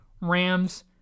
Rams